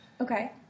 Okay